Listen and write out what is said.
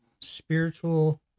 spiritual